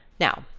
now,